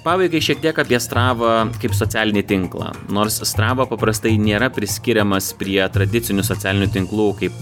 pabaigai šiek tiek apie stravą kaip socialinį tinklą nors strava paprastai nėra priskiriamas prie tradicinių socialinių tinklų kaip